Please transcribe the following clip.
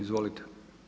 Izvolite.